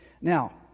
Now